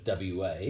WA